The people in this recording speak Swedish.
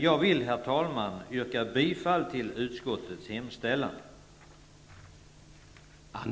Jag vill, herr talman, yrka bifall till utskottets hemställan.